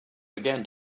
began